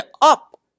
up